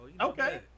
okay